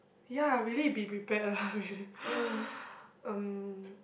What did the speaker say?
ya really be prepared lah really um